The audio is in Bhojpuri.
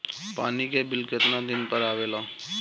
पानी के बिल केतना दिन पर आबे ला?